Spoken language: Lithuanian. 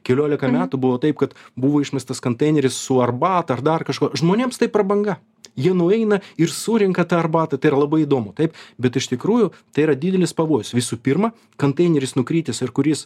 keliolika metų buvo taip kad buvo išmestas konteineris su arbata ar dar kažkuo žmonėms tai prabanga jie nueina ir surenka tą arbatą tai yra labai įdomu taip bet iš tikrųjų tai yra didelis pavojus visų pirma konteineris nukritęs ir kuris